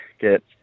get